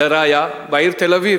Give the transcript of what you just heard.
לראיה, בעיר תל-אביב